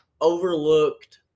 overlooked